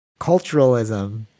culturalism